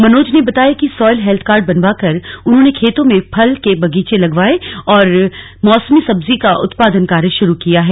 मनोज ने बताया कि सॉयल हेत्थ कार्ड बनवाकर उन्होंने खेतों में फल के बगीचे लगवाए और मौसमी सब्जी का उत्पादन कार्य शुरु किया है